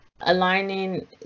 aligning